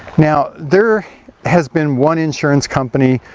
now, there has been one insurance company,